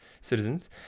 citizens